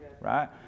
right